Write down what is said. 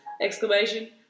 exclamation